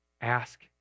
ask